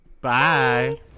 Bye